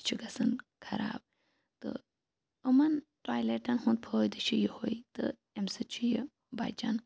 سُہ چھُ گَژھان خَراب تہٕ یِمَن ٹالیٹَن ہُنٛد فٲیِدٕ چھُ یُہے تہٕ امہِ سۭتۍ چھُ یہٕ بَچن